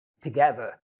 together